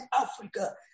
Africa